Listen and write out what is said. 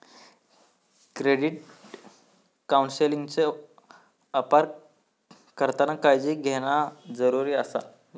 credit काउन्सेलिंगचो अपार करताना काळजी घेणा जरुरी आसा